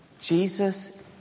Jesus